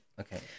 Okay